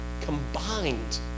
combined